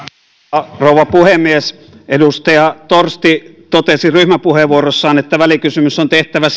arvoisa rouva puhemies edustaja torsti totesi ryhmäpuheenvuorossaan että välikysymys on tehtävä